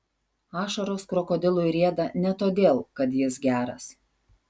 ašaros krokodilui rieda ne todėl kad jis geras